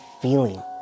feeling